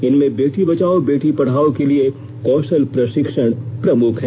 इनमें बेटी बचाओ बेटी पढ़ाओं के लिए कौशल प्रशिक्षण प्रमुख हैं